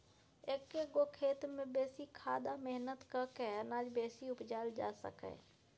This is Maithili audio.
एक्क गो खेत मे बेसी खाद आ मेहनत कए कय अनाज बेसी उपजाएल जा सकैए